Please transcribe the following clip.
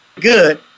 good